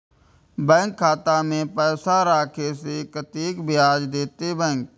Bank खाता में पैसा राखे से कतेक ब्याज देते बैंक?